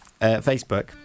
Facebook